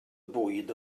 bwyd